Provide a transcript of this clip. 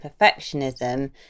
perfectionism